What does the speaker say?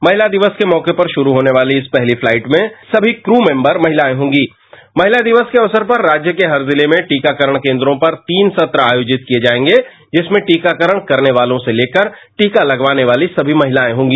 महिला दिवस के मौके पर शुरू होने वाली पहली फ्लाइट में सभी क्रू मेंबर महिलाएं होंगी महिला दिवस के अवसर पर राज्य के हर जिले में टीकांकरण केंद्रों पर तीन सत्र आयोजित किए जाएंगे जिसमें टीकांकरण करने वाले से लेकर टीका लगवाने वाली सभी महिलाएं होंगी